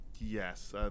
Yes